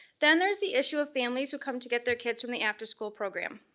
then there's the issue of families who come to get their kids from the after school program.